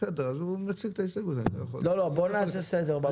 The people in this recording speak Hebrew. בואו נעשה סדר בבלגן.